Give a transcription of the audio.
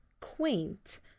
quaint